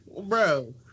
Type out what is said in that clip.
Bro